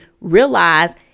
realize